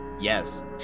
yes